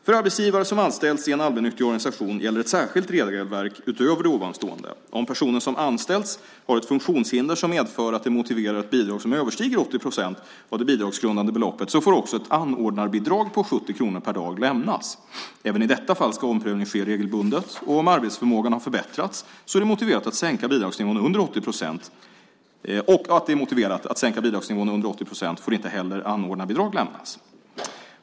För arbetstagare som anställs i en allmännyttig organisation gäller ett särskilt regelverk utöver ovanstående. Om personen som anställs har ett funktionshinder som medför att det motiverar ett bidrag som överstiger 80 procent av det bidragsgrundande beloppet så får också ett anordnarbidrag på 70 kronor per dag lämnas. Även i dessa fall ska omprövning ske regelbundet och om arbetsförmågan har förbättrats så att det är motiverat att sänka bidragsnivån under 80 procent får inte heller anordnarbidrag lämnas.